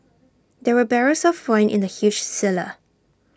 there were barrels of wine in the huge cellar